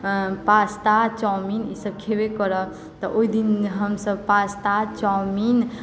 pasta chowmein ईसभ खेबे करब तऽ ओहि दिन हमसभ पास्ता चाउमिन